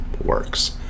works